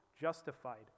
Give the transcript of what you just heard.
justified